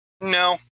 No